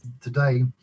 today